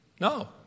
No